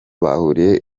bahuriye